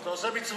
ואתה עושה מצוות.